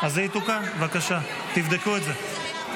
בבקשה, תבדקו את זה.